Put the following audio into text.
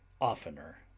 oftener